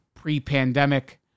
pre-pandemic